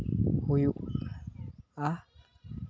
ᱦᱩᱭᱩᱜᱼᱟ